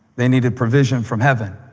they needed provision from heaven,